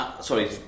sorry